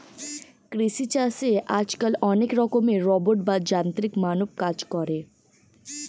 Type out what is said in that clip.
কৃষি চাষে আজকাল অনেক রকমের রোবট বা যান্ত্রিক মানব কাজ করে